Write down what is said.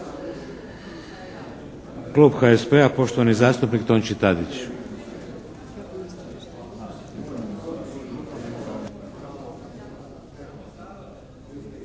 Hvala vam